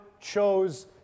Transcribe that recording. chose